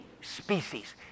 species